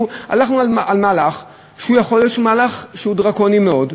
הלכנו על מהלך שיכול להיות שהוא מהלך דרקוני מאוד,